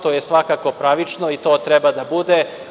To je svakako pravično to treba da bude.